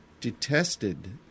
detested